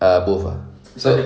ah both ah